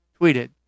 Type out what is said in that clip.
tweeted